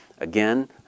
Again